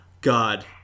God